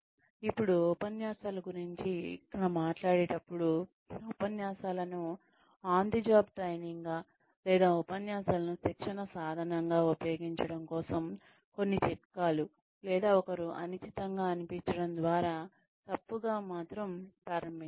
ఇప్పుడు ఉపన్యాసాల గురించి ఇక్కడ మాట్లాడేటపుడు ఉపన్యాసాలను ఆన్ ద జాబ్ ట్రైనింగ్ గా లేదా ఉపన్యాసాలను శిక్షణ సాధనంగా ఉపయోగించడం కోసం కొన్ని చిట్కాలు లేదా ఒకరు అనిశ్చితంగా అనిపించడం ద్వారా తప్పుగా మాత్రం ప్రారంభించవద్దు